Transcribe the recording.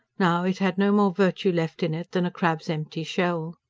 now it had no more virtue left in it than a crab's empty shell.